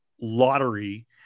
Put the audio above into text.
lottery